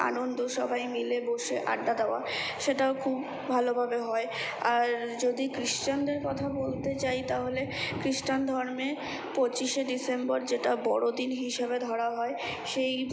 আনন্দ সবাই মিলে বসে আড্ডা দেওয়া সেটাও খুব ভালোভাবে হয় আর যদি খ্রিশ্চানদের কথা বলতে যাই তাহলে খ্রিষ্টান ধর্মে পঁচিশে ডিসেম্বর যেটা বড়দিন হিসাবে ধরা হয় সেই